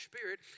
Spirit